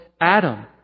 Adam